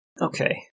Okay